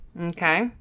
Okay